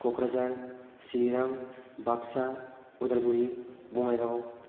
Kokrajhar Chirang Baksa Udalguri Bongaigaon